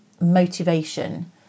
motivation